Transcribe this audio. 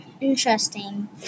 interesting